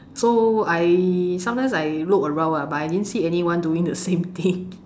so I sometimes I look around lah but I didn't see anyone doing the same thing